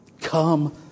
Come